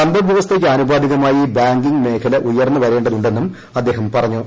സമ്പദ് വ്യവസ്ഥയ്ക്ക് ആനുപാതികമായി ബാങ്കിംഗ് മേഖല ഉയർന്ന് വരേതുന്നും അദ്ദേഹം പറഞ്ഞു